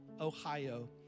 Ohio